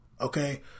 Okay